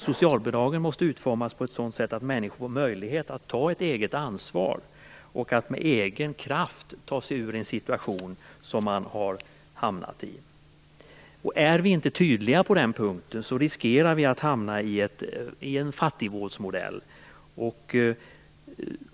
Socialbidragen måste utformas så att människor får möjlighet att ta ett eget ansvar och med egen kraft kan ta sig ur den situation som man har hamnat i. Är vi inte tydliga på den punkten riskerar vi att hamna i en fattigvårdsmodell.